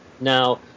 now